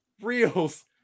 reels